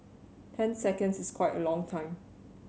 ten seconds is quite a long time